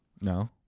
No